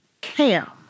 cam